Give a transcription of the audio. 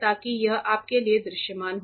ताकि यह आपके लिए दृश्यमान हो